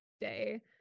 day